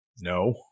No